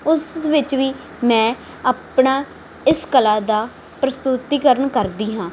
ਉਸ ਵਿੱਚ ਵੀ ਮੈਂ ਆਪਣਾ ਇਸ ਕਲਾ ਦਾ ਪ੍ਰਸਤੂਤੀਕਰਨ ਕਰਦੀ ਹਾਂ